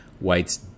whites